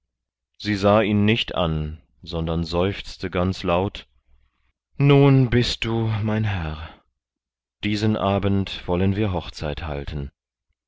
sie sah ihn nicht an sondern seufzte ganz laut nun bist du mein herr diesen abend wollen wir hochzeit halten